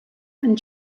and